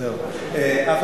אדוני היושב-ראש,